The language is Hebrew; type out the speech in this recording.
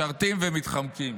יש משרתים ומתחמקים.